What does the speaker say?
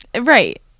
Right